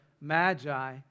magi